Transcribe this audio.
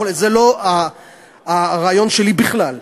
זה לא הרעיון שלי בכלל.